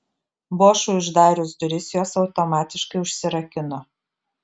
bošui uždarius duris jos automatiškai užsirakino